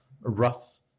rough